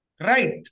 right